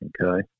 okay